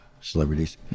celebrities